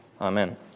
Amen